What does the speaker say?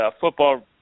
football